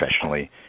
professionally